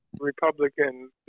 Republican